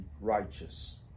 righteous